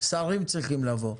שרים צריכים להגיע.